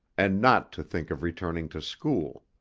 and not to think of returning to school.